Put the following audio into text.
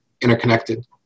interconnected